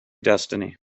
destiny